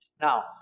Now